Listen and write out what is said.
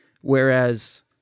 Whereas